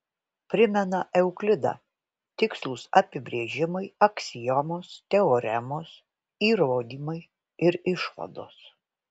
primena euklidą tikslūs apibrėžimai aksiomos teoremos įrodymai ir išvados